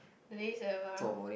laze around